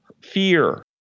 fear